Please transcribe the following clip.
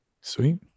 sweet